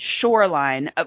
shoreline